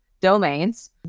domains